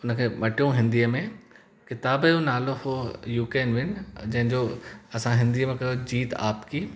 हुन खे मटियो हिंदीअ में किताब जो नालो हुओ यू केन विन जंहिंजो असां हिंदीअ में कयो जीत आपकी